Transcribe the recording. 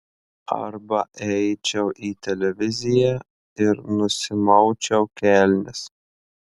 arba eičiau į televiziją ir nusimaučiau kelnes